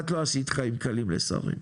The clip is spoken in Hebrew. את לא עשית חיים קלים לשרים,